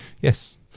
yes